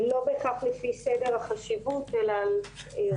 לא בהכרח לפי סדר החשיבות, אלא לפי שנאמרו.